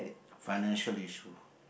financial issue